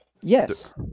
Yes